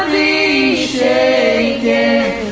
a a a a a